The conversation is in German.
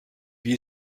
wie